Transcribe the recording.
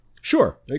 Sure